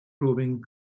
probing